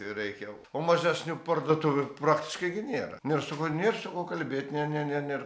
reikia o mažesnių parduotuvių praktiškai gi nėra nėr su kuo nėr su kuo kalbėti ne ne ne nėr